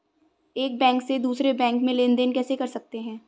एक बैंक से दूसरे बैंक में लेनदेन कैसे कर सकते हैं?